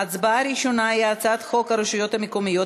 ההצבעה הראשונה היא הצעת חוק הרשויות המקומיות